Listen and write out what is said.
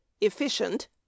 efficient